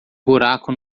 buraco